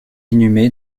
inhumé